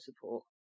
support